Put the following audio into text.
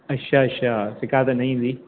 अच्छा अच्छा शिक़ायत न ईंदी